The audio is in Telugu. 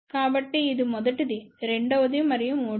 కాబట్టిఇది మొదటిది రెండవది మరియు మూడవది